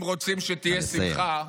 אם רוצים שתהיה שמחה,